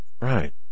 Right